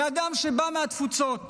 כאדם שבא מהתפוצות